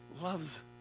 loves